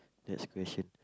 next question